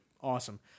awesome